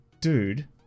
dude